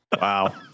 Wow